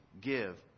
give